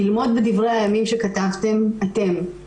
אילמות בדברי הימים שכתבתם אתם,